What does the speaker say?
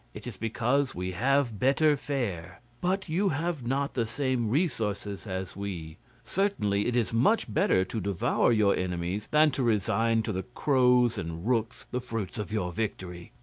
it is because we have better fare. but you have not the same resources as we certainly it is much better to devour your enemies than to resign to the crows and rooks the fruits of your victory.